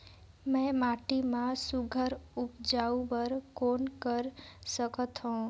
मैं माटी मा सुघ्घर उपजाऊ बर कौन कर सकत हवो?